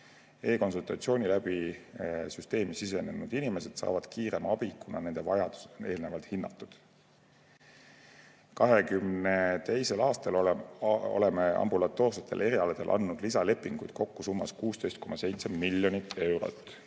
E‑konsultatsiooni abil süsteemi sisenenud inimesed saavad kiiremini abi, kuna nende vajadused on eelnevalt hinnatud. 2022. aastal oleme ambulatoorsetetel erialadel andnud lisalepinguid kokku summas 16,7 miljonit eurot.